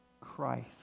Christ